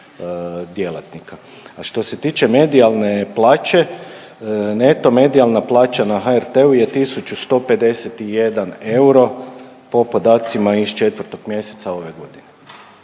A što se tiče medijalne plaće, neto medijalna plaća na HRT-u je 1.151,00 euro po podacima iz 4. mjeseca ove godine.